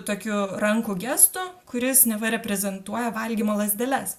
tokiu rankų gestu kuris neva reprezentuoja valgymo lazdeles